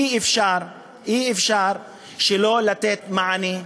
אי-אפשר שלא לתת מענה,